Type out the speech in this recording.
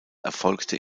erfolgte